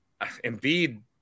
Embiid